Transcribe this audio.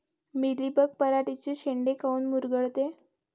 Mealybug पराटीचे चे शेंडे काऊन मुरगळते?